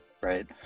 right